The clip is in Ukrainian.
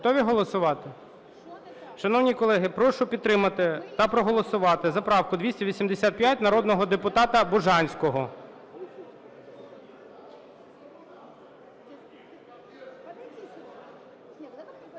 Готові голосувати? Шановні колеги, прошу підтримати та проголосувати за правку 285 народного депутата Бужанського.